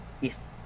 Yes